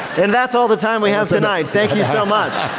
and that's all the time we have tonight. thank you so much.